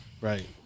Right